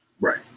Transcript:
right